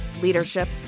leadership